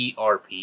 ERP